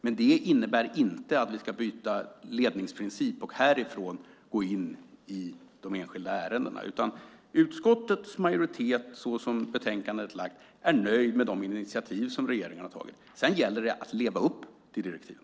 Men det innebär inte att vi ska byta ledningsprincip och härifrån gå in i de enskilda ärendena. Utskottets majoritet är nöjd så som betänkandet är lagt och med de initiativ som regeringen har tagit. Sedan gäller det att leva upp till direktiven.